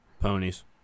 Ponies